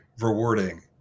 rewarding